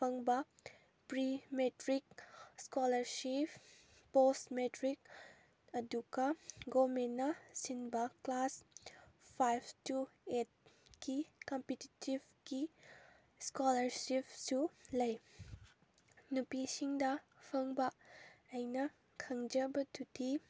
ꯐꯪꯕ pre matric scholarship post matric ꯑꯗꯨꯒ ꯒꯣꯔꯟꯃꯦꯟꯅ ꯁꯤꯟꯕ ꯀ꯭ꯂꯥꯁ ꯐꯥꯏꯚ ꯇꯨ ꯑꯦꯠꯀꯤ ꯀꯝꯄꯤꯇꯤꯇꯤꯞꯀꯤ ꯏꯁꯀꯣꯂꯥꯔꯁꯤꯞꯁꯨ ꯂꯩ ꯅꯨꯄꯤꯁꯤꯡꯗ ꯐꯪꯕ ꯑꯩꯅ ꯈꯪꯖꯕꯗꯨꯗꯤ